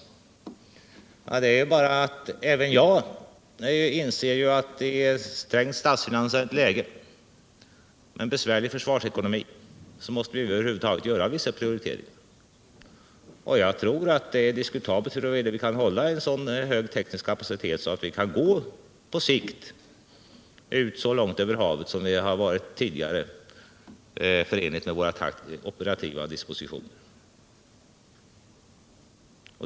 Även jag inser att det råder ett trängt statsfinansiellt läge och att vi har en besvärlig försvarsekonomi, och då måste vi göra vissa prioriteringar. Det är tvivelaktigt huruvida vi kan hålla en sådan högre teknisk kapacitet att vi på sikt kan gå ut så långt över havet som tidigare och huruvida detta är förenligt med våra operativa dispositioner.